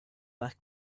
back